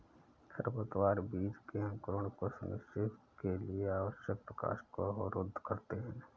खरपतवार बीज के अंकुरण को सुनिश्चित के लिए आवश्यक प्रकाश को अवरुद्ध करते है